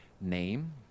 name